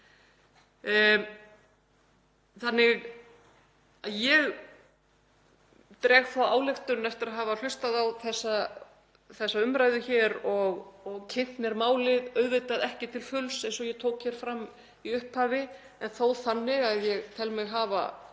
gera það. Ég dreg þá ályktun, eftir að hafa hlustað á þessa umræðu hér og kynnt mér málið — auðvitað ekki til fulls, eins og ég tók fram í upphafi, en þó þannig að ég tel mig hafa